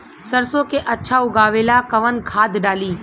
सरसो के अच्छा उगावेला कवन खाद्य डाली?